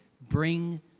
Bring